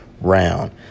round